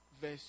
verse